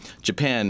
Japan